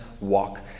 walk